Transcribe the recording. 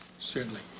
certainly.